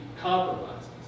compromises